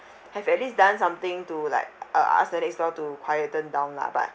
have at least done something to like uh ask the next door to quiet them down lah but